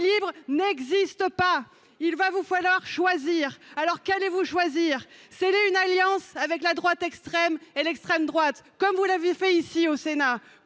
équilibre n’existe pas ! Vous allez devoir choisir. Aussi, qu’allez vous choisir ? Sceller une alliance avec la droite extrême et l’extrême droite, comme vous l’avez fait au Sénat